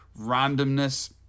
randomness